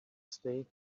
stay